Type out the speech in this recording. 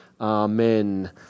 Amen